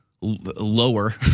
lower